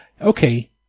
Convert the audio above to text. okay